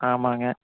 ஆமாம்ங்க